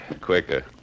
Quicker